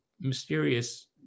mysterious